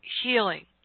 healing